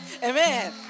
Amen